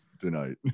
tonight